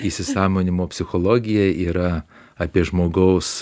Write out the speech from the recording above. įsisąmoninimo psichologija yra apie žmogaus